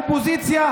אופוזיציה,